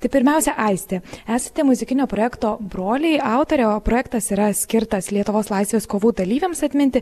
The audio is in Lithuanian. tai pirmiausia aistė esate muzikinio projekto broliai autorė o projektas yra skirtas lietuvos laisvės kovų dalyviams atminti